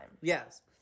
Yes